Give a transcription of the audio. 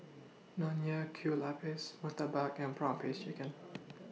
Nonya Kueh Lapis Murtabak and Prawn Paste Chicken